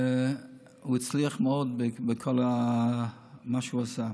והוא הצליח מאוד בכל מה שהוא עשה.